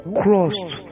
crossed